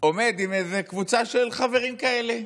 עומד עם איזו קבוצה של חברים כאלה,